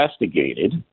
investigated